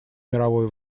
мировой